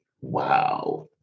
Wow